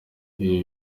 ibi